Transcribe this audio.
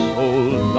old